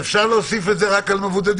אז אפשר להוסיף את זה, רק על מבודדים?